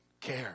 care